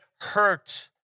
hurt